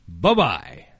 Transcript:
Bye-bye